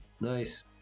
nice